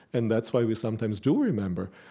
and that's why we sometimes do remember,